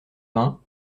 vingts